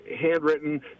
handwritten